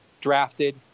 drafted